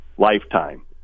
Lifetime